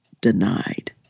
denied